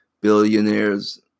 Billionaires